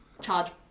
Charge